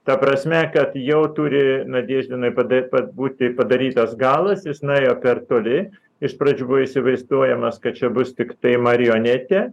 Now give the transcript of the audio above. ta prasme kad jau turi nadeždinui pada pad būti padarytas galas jis nuėjo per toli iš pradžių buvo įsivaizduojamas kad čia bus tiktai marionetė